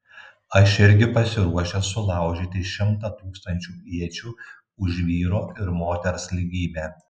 aš irgi pasiruošęs sulaužyti šimtą tūkstančių iečių už vyro ir moters lygybę